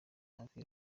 hafi